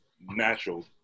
natural